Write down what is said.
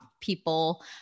people